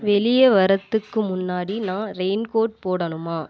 வெளியே வர்றதுக்கு முன்னாடி நான் ரெயின்கோட் போடணுமா